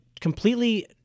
completely